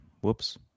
Whoops